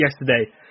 yesterday